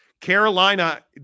Carolina –